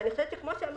אני חושבת שכמו שאמרת,